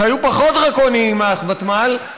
שהיו פחות דרקוניים מהוותמ"ל,